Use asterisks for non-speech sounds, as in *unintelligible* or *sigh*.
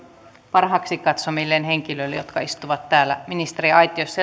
parhaaksi katsomilleen henkilöille jotka istuvat täällä ministeriaitiossa *unintelligible*